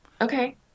Okay